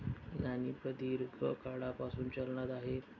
नाणी प्रदीर्घ काळापासून चलनात आहेत